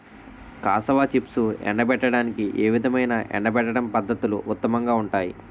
Cassava చిప్స్ను ఎండబెట్టడానికి ఏ విధమైన ఎండబెట్టడం పద్ధతులు ఉత్తమంగా ఉంటాయి?